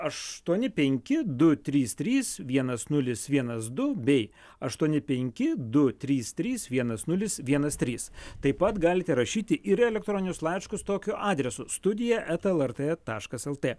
aštuoni penki du trys trys vienas nulis vienas du bei aštuoni penki du trys trys vienas nulis vienas trys taip pat galite rašyti ir elektroninius laiškus tokiu adresu studija eta lrt taškas lt